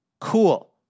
Cool